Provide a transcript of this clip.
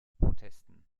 protesten